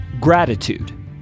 gratitude